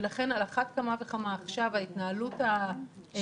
ולכן על אחת כמה וכמה עכשיו ההתנהלות השרירותית